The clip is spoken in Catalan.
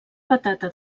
patata